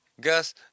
Gus